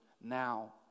now